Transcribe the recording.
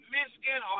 Michigan